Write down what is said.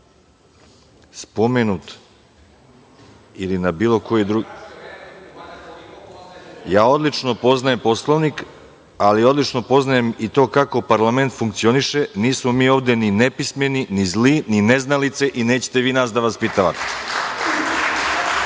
Odlično poznajem Poslovnik.)Ja odlično poznajem Poslovnik, ali odlično poznajem i to kako parlament funkcioniše. Nismo mi ovde ni nepismeni, ni zli, ni neznalice i nećete vi nas da vaspitavate.(Saša